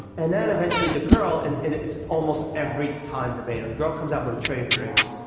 and then eventually the girl, and it's almost every time verbatim, the girl comes out with a tray of drinks.